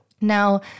now